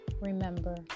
Remember